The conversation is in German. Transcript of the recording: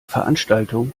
veranstaltung